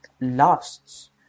lasts